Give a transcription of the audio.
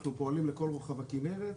אנחנו פועלים לכל רוחב הכנרת,